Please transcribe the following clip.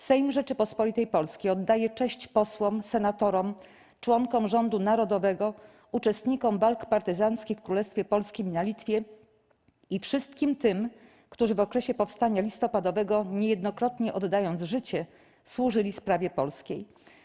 Sejm Rzeczypospolitej Polskiej oddaje cześć posłom, senatorom, członkom Rządu Narodowego, uczestnikom walk partyzanckich w Królestwie Polskim i na Litwie i wszystkim tym, którzy w okresie Powstania Listopadowego, niejednokrotnie oddając życie, służyli sprawie polskiej.